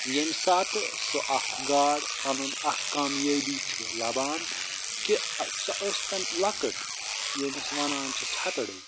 ییٚمہِ ساتہٕ سُہ اکھ گاڈ پنُن اکھ کامیٲبی چھُ لبان کہِ سۅ ٲسۍتن لۅکٕٹۍ ییٚمِس وَنان چھِ چھتڈٕے